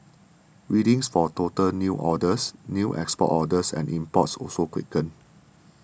readings for total new orders new export orders and imports also quickened